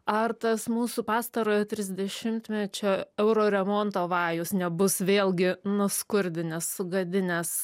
ar tas mūsų pastarojo trisdešimtmečio euroremonto vajus nebus vėlgi nuskurdinęs sugadinęs